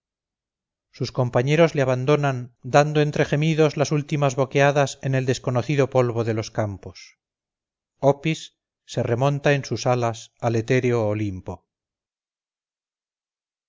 sus compañeros le abandonan dando entre gemidos las últimas boqueadas en el desconocido polvo de los campos opis se remonta en sus alas al etéreo olimpo